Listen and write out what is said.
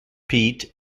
pete